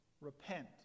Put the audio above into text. Repent